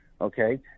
Okay